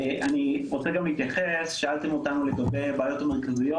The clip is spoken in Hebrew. אני רוצה גם להתייחס לשאלה שלכם לגבי בעיות מרכזיות.